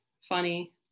funny